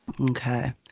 Okay